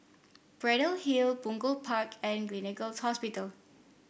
Braddell Hill Punggol Park and Gleneagles Hospital